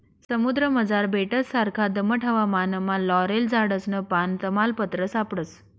समुद्रमझार बेटससारखा दमट हवामानमा लॉरेल झाडसनं पान, तमालपत्र सापडस